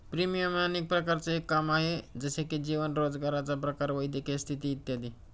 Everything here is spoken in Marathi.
प्रीमियम अनेक प्रकारांचं एक काम आहे, जसे की जीवन, रोजगाराचा प्रकार, वैद्यकीय स्थिती इत्यादी